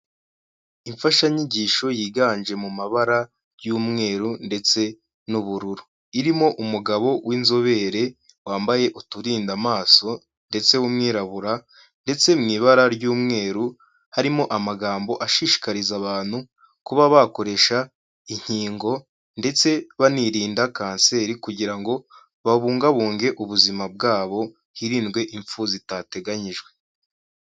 Imfashanyigisho yiganje mu mabara y'umweru ndetse n'ubururu, irimo umugabo w'inzobere wambaye uturindamaso ndetse w'umwirabura, ndetse mu ibara ry'umweru harimo amagambo ashishikariza abantu kuba bakoresha inkingo ndetse banirinda kanseri kugira ngo babungabunge ubuzima bwabo hirindwe impfu zitateganyijwe.